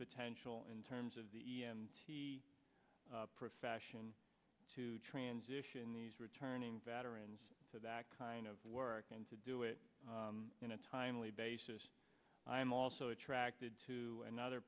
potential in terms of the profession to transition these returning veterans to that kind of work and to do it in a timely basis i'm also attracted to another